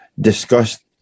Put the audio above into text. discussed